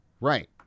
Right